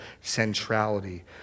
centrality